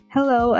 Hello